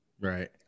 right